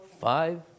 five